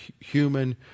human